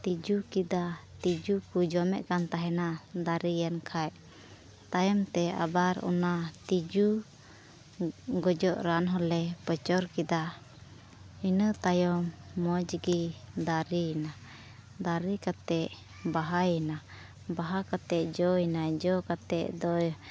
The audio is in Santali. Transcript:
ᱛᱤᱸᱡᱩ ᱠᱮᱫᱟ ᱛᱤᱸᱡᱩ ᱠᱚ ᱡᱚᱢᱮᱜ ᱠᱟᱱ ᱛᱟᱦᱮᱱᱟ ᱫᱟᱨᱮᱭᱮᱱ ᱠᱷᱟᱡ ᱛᱟᱭᱚᱢ ᱛᱮ ᱚᱱᱟ ᱟᱵᱟᱨ ᱛᱤᱸᱡᱩ ᱜᱚᱡᱚᱜ ᱨᱟᱱ ᱦᱚᱸᱞᱮ ᱯᱚᱪᱚᱨ ᱠᱮᱫᱟ ᱤᱱᱟᱹ ᱛᱟᱭᱚᱢ ᱢᱚᱡᱽ ᱜᱮ ᱫᱟᱨᱮᱭᱮᱱᱟ ᱫᱟᱨᱮ ᱠᱟᱛᱮᱫ ᱵᱟᱦᱟᱭᱮᱱᱟ ᱵᱟᱦᱟ ᱠᱟᱛᱮᱫ ᱡᱚᱭᱮᱱᱟ ᱡᱚ ᱠᱟᱛᱮᱫ ᱫᱚᱭ